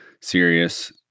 serious